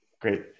Great